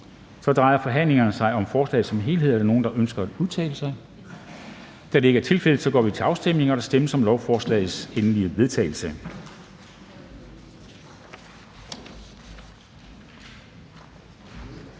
Så drejer forhandlingen sig om forslaget som helhed. Er der nogen, der ønsker at udtale sig? Da det ikke er tilfældet, går vi til afstemning. Kl. 12:35 Afstemning Formanden